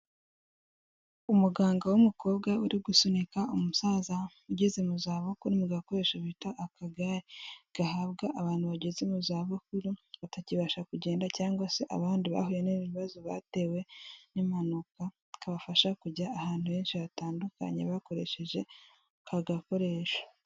Umuganga w'umukobwa uri gusunika umusaza ugeze mu za bukuru mu gakoresho bita akagare, gahabwa abantu bageze mu zabukuru batakibasha kugenda cyangwa se abandi bahuye n'ibibazo batewe n'impanuka, kabafasha kujya ahantu henshi hatandukanye bakoresheje aka gakoresho.